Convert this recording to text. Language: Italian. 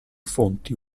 fonti